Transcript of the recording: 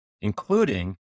including